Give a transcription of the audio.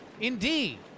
Indeed